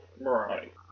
Right